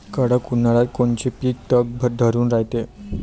कडक उन्हाळ्यात कोनचं पिकं तग धरून रायते?